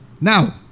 Now